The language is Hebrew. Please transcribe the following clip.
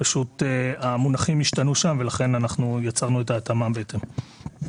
המונחים השתנו שם, ולכן יצרנו התאמה בהתאם.